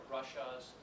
Russia's